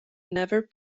never